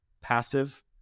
passive